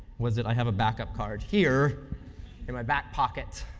was it i have a backup card here in my back pocket.